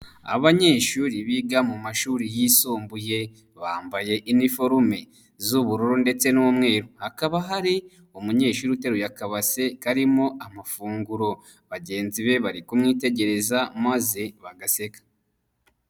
Abanyeshuri biga mu mashuri yisumbuye bambaye uniforme z'ubururu ndetse n'umweru. Hakaba hari umunyeshuri uteruye akabase karimo amafunguro, bagenzi be bari kumwitegereza maze bagaseka.